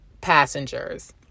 passengers